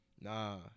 Nah